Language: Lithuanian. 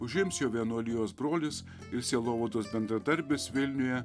užims jo vienuolijos brolis ir sielovados bendradarbis vilniuje